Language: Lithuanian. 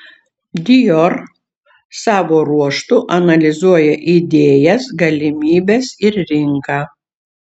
dior savo ruožtu analizuoja idėjas galimybes ir rinką